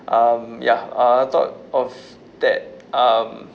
um ya uh I thought of that um